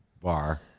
bar